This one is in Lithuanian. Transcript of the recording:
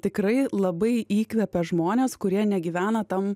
tikrai labai įkvepia žmones kurie negyvena tam